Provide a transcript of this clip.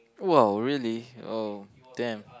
!wow! really oh damn